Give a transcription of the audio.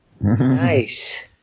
Nice